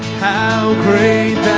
how great